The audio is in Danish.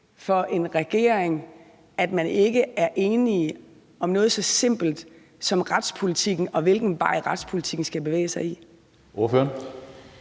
for en regering, at man ikke er enige om noget så simpelt som retspolitikken, og hvilken vej retspolitikken skal bevæge sig?